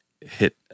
hit